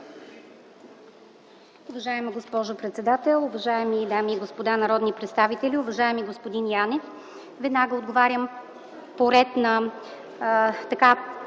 Уважаема госпожо председател, уважаеми дами и господа народни представители! Уважаеми господин Янев, ще Ви отговоря по ред на трите